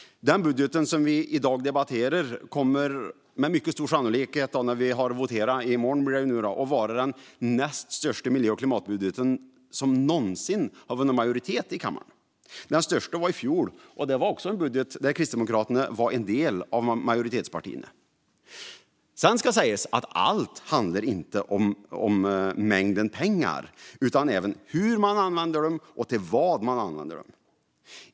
Den budget som vi i dag debatterar kommer med mycket stor sannolikhet efter morgondagens votering att vara den näst största miljö och klimatbudgeten som någonsin har vunnit majoritet i kammaren. Den största var i fjol, och det var också en budget där Kristdemokraterna var en del av majoritetspartierna. Sedan ska sägas att allt inte handlar om mängden pengar, utan det handlar även om hur man använder dem och till vad man använder dem.